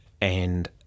and-